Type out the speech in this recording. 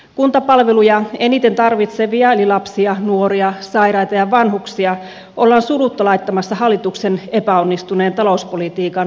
kuntapalveluja eniten tarvitsevia eli lapsia nuoria sairaita ja vanhuksia ollaan surutta laittamassa hallituksen epäonnistuneen talouspolitiikan maksajiksi